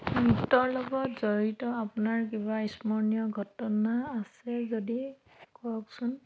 নৃত্যৰ লগত জড়িত আপোনাৰ কিবা স্মৰণীয় ঘটনা আছে যদি কওকচোন